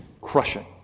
crushing